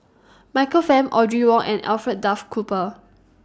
Michael Fam Audrey Wong and Alfred Duff Cooper